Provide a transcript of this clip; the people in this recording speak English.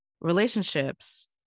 relationships